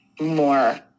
more